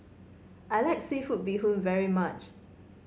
I like seafood Bee Hoon very much